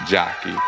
Jockey